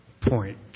point